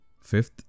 Fifth